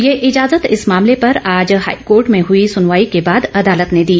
ये इजाज़त इस मामले पर आज हाईकोर्ट में हुई सुनवाई के बाद अदालत ने दी